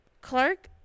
Clark